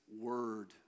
word